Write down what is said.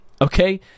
Okay